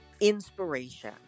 inspiration